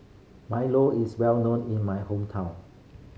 milo is well known in my hometown